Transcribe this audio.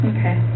Okay